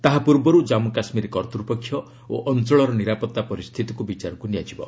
ତାହା ପୂର୍ବରୁ ଜନ୍ମୁ କାଶ୍ମୀର କର୍ତ୍ତୃପକ୍ଷ ଓ ଅଞ୍ଚଳର ନିରାପତ୍ତା ପରିସ୍ଥିତିକୁ ବିଚାରକୁ ନିଆଯିବ